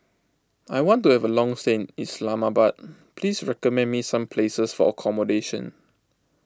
I want to have a long stay in Islamabad please recommend me some places for accommodation